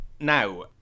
Now